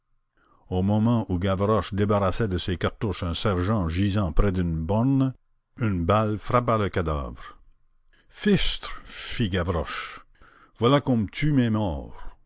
au moment où gavroche débarrassait de ses cartouches un sergent gisant près d'une borne une balle frappa le cadavre fichtre fit gavroche voilà qu'on me tue